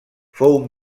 fou